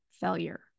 failure